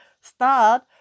start